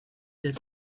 that